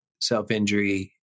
self-injury